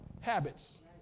habits